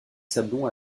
sablons